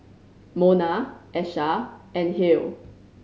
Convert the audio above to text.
Monna Asha and Halle